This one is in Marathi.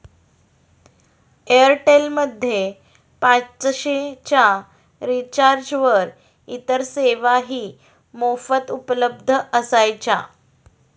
एअरटेल मध्ये पाचशे च्या रिचार्जवर इतर सेवाही मोफत उपलब्ध असायच्या